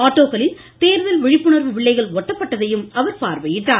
ஆட்டோக்களில் தோதல் விழிப்புணா்வு வில்லைகள் ஒட்டப்பட்டத்தையும் அவா் பார்வையிட்டார்